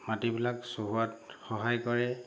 মাটিবিলাক চহোৱাত সহায় কৰে